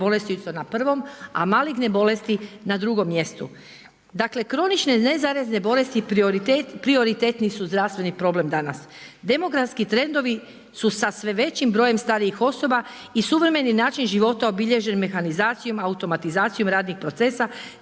bolesti su na prvom, a maligne bolesti na drugom mjestu. Dakle kronične nezarazne bolesti prioritetni su zdravstveni problem danas, demografski trendovi su sa sve većim brojem starijih osoba, i suvremeni način života obilježen mehanizacijom, automatizacijom radnih procesa